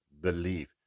believe